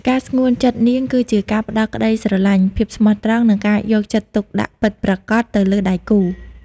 ការស្ងួនចិត្តនាងគឺជាការផ្តល់ក្តីស្រឡាញ់ ភាពស្មោះត្រង់ និងការយកចិត្តទុកដាក់ពិតប្រាកដទៅលើដៃគូ។